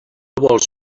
vols